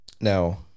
Now